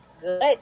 Good